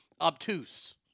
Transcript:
obtuse